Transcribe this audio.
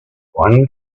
one